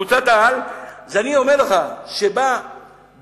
קבוצת העל, אז אני אומר לך, שבא בן-אדם